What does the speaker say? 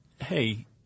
hey